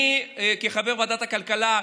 אני חבר ועדת הכלכלה.